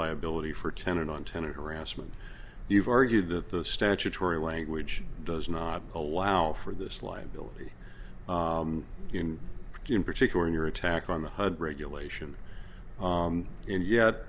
liability for tenant on tenant harassment you've argued that the statutory language does not allow for this liability in particular in your attack on the hood regulation and yet